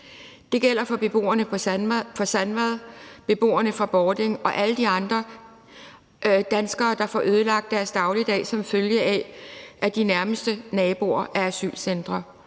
Det gælder for beboerne i Sandvad, beboerne i Bording og alle de andre danskere, der får ødelagt deres dagligdag som følge af, at de nærmeste naboer er asylcentre,